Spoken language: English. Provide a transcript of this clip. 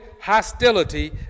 hostility